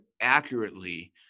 accurately